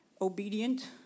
obedient